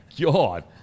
God